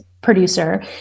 producer